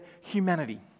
humanity